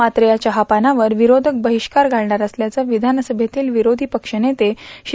मात्र या चहापानावर विरोषक बहिष्कार घालणार असल्याचं वियानसभेतील विरोयी पक्ष नेते श्री